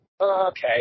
okay